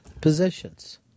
positions